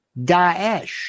Daesh